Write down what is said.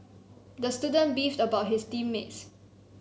the student beefed about his team mates